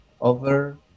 over